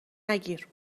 نگیر